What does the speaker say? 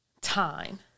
time